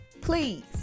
please